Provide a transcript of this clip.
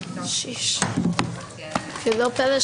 שגם בענייננו